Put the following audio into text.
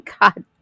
god